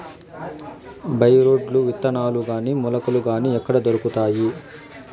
By రోడ్లు విత్తనాలు గాని మొలకలు గాని ఎక్కడ దొరుకుతాయి?